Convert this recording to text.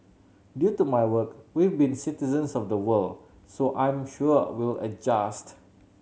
due to my work we've been citizens of the world so I'm sure we'll adjust